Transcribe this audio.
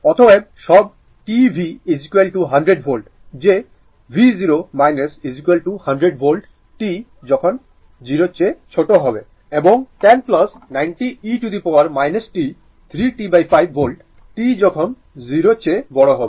অতএব সব t v 100 volt যে v0 100 ভোল্ট t যখন 0 চেয়ে ছোট হবে এবং 10 90 e t 3 t5 volt t যখন 0 চেয়ে বড় হবে